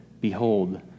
Behold